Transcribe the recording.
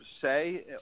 say